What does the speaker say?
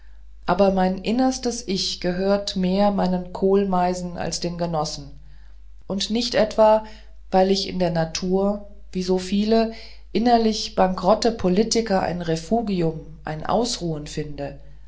aber mein innerstes ich gehört mehr meinen kohlmeisen als den genossen und nicht etwa weil ich in der natur wie so viele innerlich bankerotte politiker ein refugium ein ausruhen finde